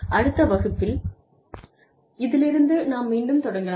அடுத்த வகுப்பில் இதிலிருந்து நாம் மீண்டும் தொடங்கலாம்